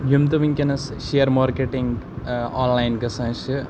یِم تہٕ وٕنکٮ۪نَس شِیر مارکیٚٹِنٛگ آن لاین گژھان چھِ